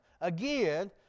again